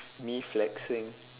me flexing